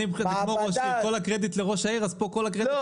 מבחינתי כל הקרדיט ליושב ראש הוועדה.